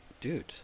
dude